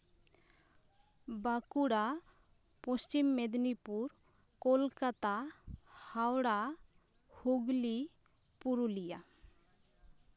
Bankura Paschim Medinipur Kolkata Howrah Hooghly Purulia